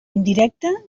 indirecta